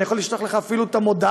ואני יכול לשלוח לך אפילו את המודעה,